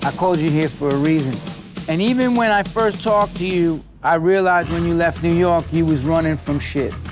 i called you here for a reason and even when i first talked to you i realised when you left new york you was running from shit,